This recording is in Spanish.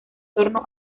torno